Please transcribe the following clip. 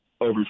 over